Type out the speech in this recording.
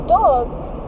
dogs